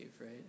right